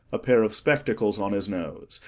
a pair of spectacles on his nose,